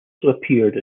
appeared